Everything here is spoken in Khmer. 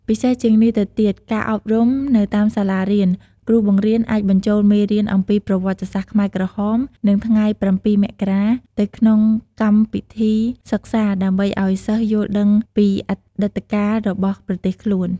ពិសេសជាងនេះទៅទៀតការអប់រំនៅតាមសាលារៀនគ្រូបង្រៀនអាចបញ្ចូលមេរៀនអំពីប្រវត្តិសាស្ត្រខ្មែរក្រហម និងថ្ងៃ៧ មករា ទៅក្នុងកម្មវិធីសិក្សា ដើម្បីឲ្យសិស្សយល់ដឹងពីអតីតកាលរបស់ប្រទេសខ្លួន។